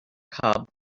cub